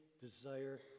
desire